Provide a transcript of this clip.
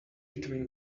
between